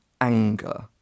anger